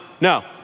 no